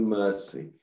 mercy